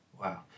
wow